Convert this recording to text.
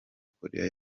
korea